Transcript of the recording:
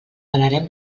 parlarem